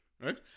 Right